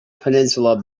peninsula